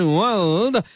world